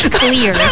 clear